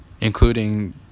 including